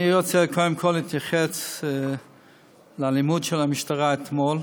אני רוצה קודם כול להתייחס לאלימות של המשטרה אתמול.